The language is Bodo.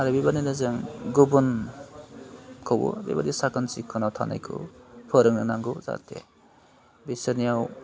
आरो बे बायदिनो जों गुबुनखौबो बेबायदि साखोन सिखोनाव थानायखौ फोरोंनो नांगौ जाहाथे बिसोरनियाव